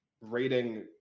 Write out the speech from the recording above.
rating